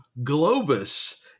Globus